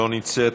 לא נמצאת,